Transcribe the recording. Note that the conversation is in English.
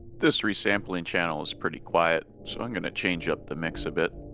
this resampling channel is pretty quiet so i'm going to change up the mix a bit